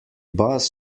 bus